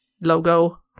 logo